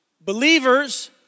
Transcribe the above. believers